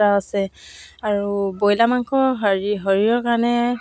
প্ৰথমতে আমাৰ মই সৰু হৈ থাকোঁতে আমাৰ মায়ে